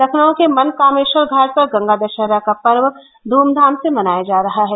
लखनऊ के मनकामेष्वर घाट पर गंगा दषहरा का पर्व ध्रमधाम से मनाया जा रहा है